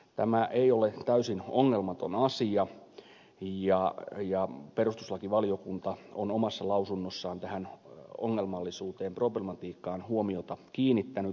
tämä ei ole täysin ongelmaton asia ja perustuslakivaliokunta on omassa lausunnossaan tähän ongelmallisuuteen problematiikkaan huomiota kiinnittänyt